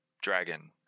dragon